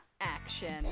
action